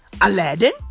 Aladdin